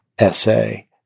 essay